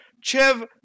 Chev